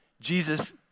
Jesus